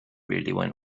really